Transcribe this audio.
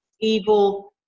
evil